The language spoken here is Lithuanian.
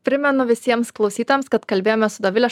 primenu visiems klausytojams kad kalbėjome su dovile